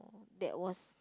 that was